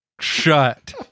shut